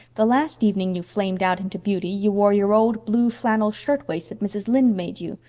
the last evening you flamed out into beauty you wore your old blue flannel shirtwaist that mrs. lynde made you.